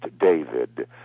David